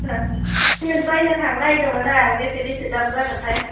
cement बायनो थांनो नागिरदोंमोन आं बेसे बेसे दाम जागोनथाय